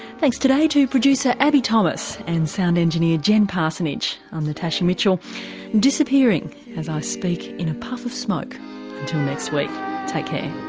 thanks today to producer abbie thomas and sound engineer jen parsonage, i'm natasha mitchell disappearing, as i speak, in a puff of smoke. until next week take care